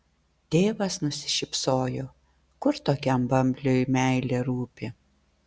tėvas nusišypsojo kur tokiam bambliui meilė rūpi